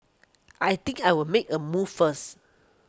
I think I'll make a move first